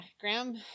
Graham